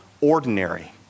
ordinary